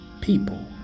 people